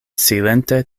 silente